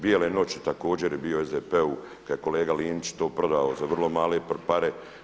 Bijele noći također je bio SDP-u kad je kolega Linić to prodao za vrlo mare pare.